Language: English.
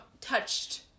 touched